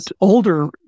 older